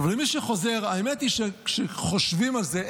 האמת היא שכשחושבים על זה,